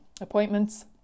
appointments